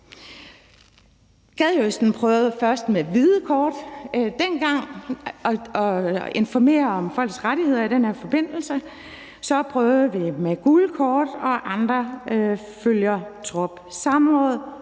Gadejuristen prøvede dengang først med hvide kort at informere om folks rettigheder i den her forbindelse, så prøvede de med gule kort og andre fulgte trop.